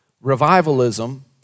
Revivalism